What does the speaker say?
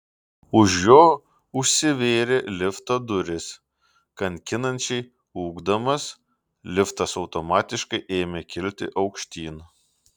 už jo užsivėrė lifto durys kankinančiai ūkdamas liftas automatiškai ėmė kilti aukštyn